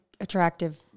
attractive